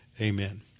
amen